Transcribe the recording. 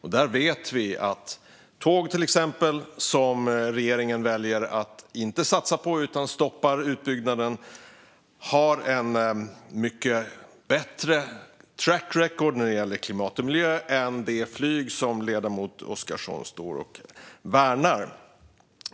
Vi vet att till exempel tåg, som regeringen väljer att inte satsa på utan stoppar utbyggnaden av, har ett mycket bättre track record när det gäller klimat och miljö än det flyg som ledamoten Oscarsson står och värnar.